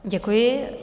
Děkuji.